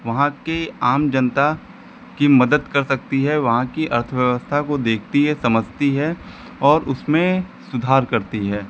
वहाँ की आम जनता की मदद कर सकती है वहाँ की अर्थव्यवस्था को देखती है समझती है और उसमें सुधार करती है